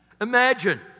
Imagine